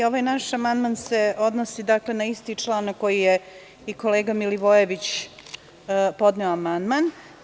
Ovaj naš amandman se odnosi na isti član na koji je i kolega Milivojević podneo amandman.